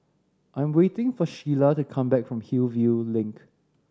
I'm waiting for Sheilah to come back from Hillview Link